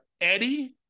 Eddie